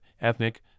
ethnic